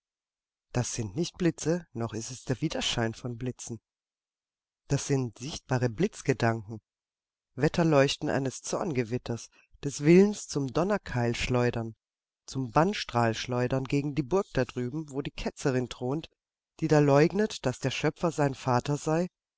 das sind nicht blitze noch ist es der widerschein von blitzen das sind sichtbare blitzgedanken wetterleuchten eines zorngewitters des willens zum donnerkeilschleudern zum bannstrahlschleudern gegen die burg da drüben wo die ketzerin thront die da leugnet daß der schöpfer sein vater sei